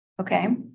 Okay